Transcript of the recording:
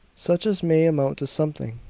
such as may amount to something,